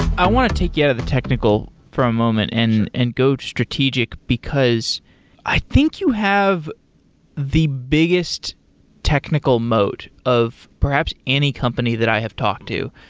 i want to take you out of the technical for moment and and go to strategic, because i think you have the biggest technical mote of perhaps any company that i have talked to,